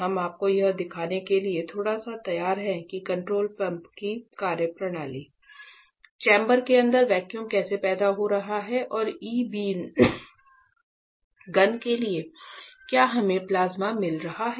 हम आपको यह दिखाने के लिए थोड़ा सा तैयार हैं कि कंट्रोल पैनल की कार्यप्रणाली चैम्बर के अंदर वैक्यूम कैसे पैदा हो रहा है और ई बीम गन के लिए क्या हमें प्लाज्मा मिल रहा है